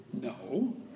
No